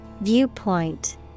Viewpoint